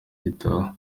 gitaha